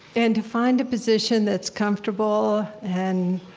and to find a position that's comfortable and